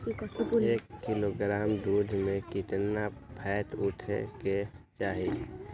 एक किलोग्राम दूध में केतना फैट उठे के चाही?